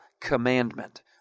commandment